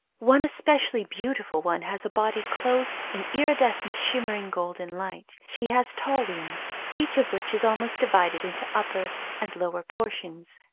one specially beautiful one has a body clothed in iridescent shimmering golden light. she has tall wings, each of which is almost divided into upper and lower portions.